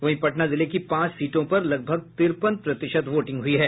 वहीं पटना जिले की पांच सीटों पर लगभग तिरपन प्रतिशत वोटिंग हुई है